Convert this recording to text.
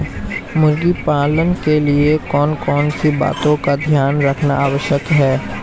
मुर्गी पालन के लिए कौन कौन सी बातों का ध्यान रखना आवश्यक है?